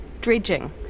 dredging